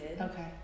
Okay